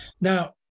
Now